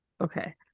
okay